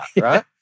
right